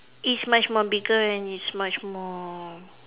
is much more bigger and is much more